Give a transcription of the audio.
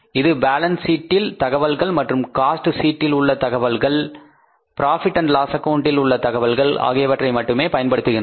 இது பேலன்ஸ் சீட்டில் உள்ள தகவல்கள் மற்றும் காஸ்ட் ஸ்டேட்மெண்ட்டில் உள்ள ராபிட் அண்ட் லாஸ் அக்கவுண்டில் Profit Loss Accounting உள்ள தகவல்கள் ஆகியவற்றை மட்டுமே பயன்படுத்துகின்றது